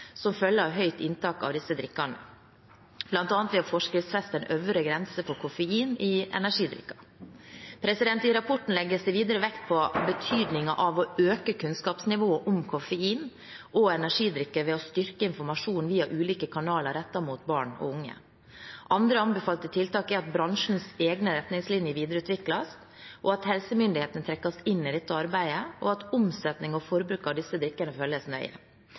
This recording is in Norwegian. som følge av høyt inntak av disse drikkene, bl.a. ved å forskriftsfeste en øvre grense for koffein i energidrikker. I rapporten legges det videre vekt på betydningen av å øke kunnskapsnivået om koffein og energidrikker ved å styrke informasjonen via ulike kanaler rettet mot barn og unge. Andre anbefalte tiltak er at bransjens egne retningslinjer videreutvikles, at helsemyndighetene trekkes inn i dette arbeidet, og at omsetning og forbruk av disse drikkene følges nøye.